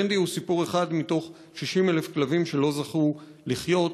ברנדי הוא אחד מתוך 60,000 כלבים שלא זכו לחיות.